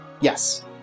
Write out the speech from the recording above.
Yes